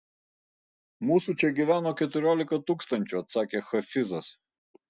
mūsų čia gyveno keturiolika tūkstančių atsakė hafizas